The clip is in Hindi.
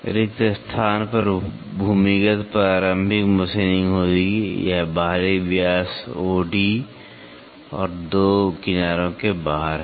रिक्त स्थान पर भूमिगत प्रारंभिक मशीनिंग होगी यह बाहरी व्यास O D और दो किनारों के बाहर है